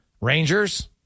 Rangers